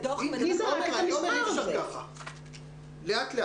עומר, אי אפשר כך, לאט לאט.